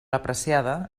apreciada